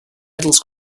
medals